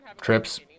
Trips